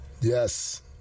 Yes